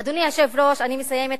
אדוני היושב-ראש, אני מסיימת.